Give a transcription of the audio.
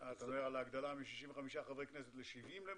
למשל הגדלה מ-65 חברי כנסת ל-70?